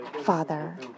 Father